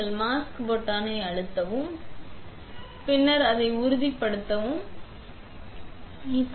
நீங்கள் மீண்டும் மாஸ்க் பொத்தானை அழுத்தவும் பின்னர் என்ன கூறுகிறது என்பதை உறுதிப்படுத்துகிறது என்பதை நீங்கள் நிராகரிப்பதை உறுதிப்படுத்துகிறது